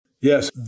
Yes